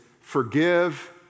forgive